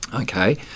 Okay